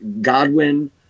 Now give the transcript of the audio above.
Godwin